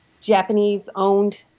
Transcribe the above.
Japanese-owned